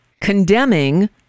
condemning